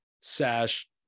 Sash